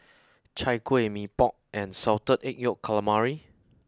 Chai Kuih Mee Pok and Salted Egg Yolk Calamari